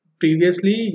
previously